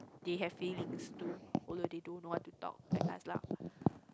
they have feelings too although they don't know how to talk and ask lah